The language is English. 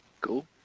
Cool